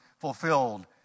fulfilled